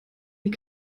die